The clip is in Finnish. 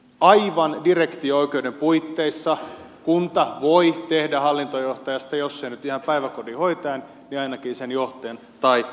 aivan direktio oikeuden puitteissa kunta voi tehdä hallintojohtajasta jos ei nyt ihan päiväkodin hoitajaa niin ainakin sen johtajan tai apulaisen